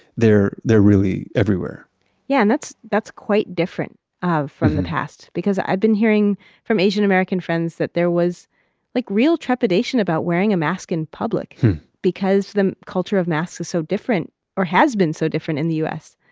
they're they're really everywhere yeah. and that's that's quite different from the past because i've been hearing from asian-american friends that there was like real trepidation about wearing a mask in public because the culture of masks is so different or has been so different in the u s.